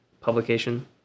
publication